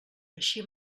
així